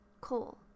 Cole